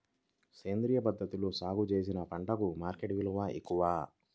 సేంద్రియ పద్ధతిలో సాగు చేసిన పంటలకు మార్కెట్ విలువ ఎక్కువ